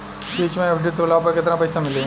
बीच मे एफ.डी तुड़ला पर केतना पईसा मिली?